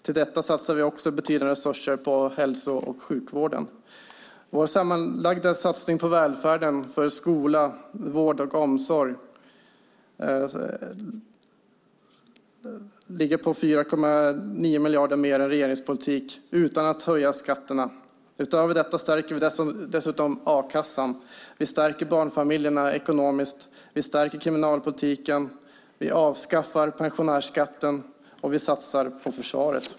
För detta satsar vi betydande resurser på hälso och sjukvården. Vår sammanlagda satsning på välfärd, skola, vård och omsorg ligger på 4,9 miljarder mer än regeringens, utan att höja skatterna. Utöver detta stärker vi dessutom a-kassan, vi stärker barnfamiljerna ekonomiskt, vi stärker kriminalpolitiken, vi avskaffar pensionärsskatten och vi satsar på försvaret.